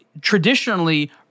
traditionally